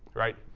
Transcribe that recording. right?